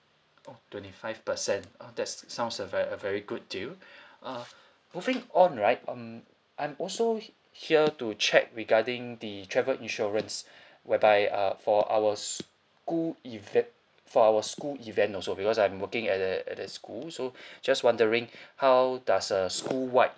oh twenty five percent uh that's sounds a ver~ a very good deal uh moving on right um I'm also h~ here to check regarding the travel insurance whereby uh for our s~ school event for our school event also because I'm working at that at that school so just wondering how does a school wide